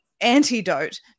antidote